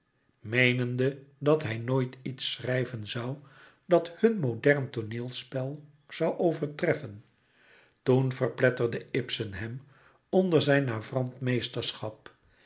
meenende dat hij nooit iets schrijven zoû dat hùn modern tooneelspel zoû overtreffen toen verpletterde ibsen hem onder zijn